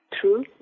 true